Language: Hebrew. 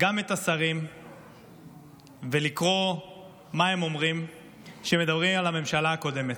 גם את השרים ולקרוא מה הם אומרים כשהם מדברים על הממשלה הקודמת.